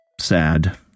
sad